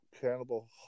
Cannibal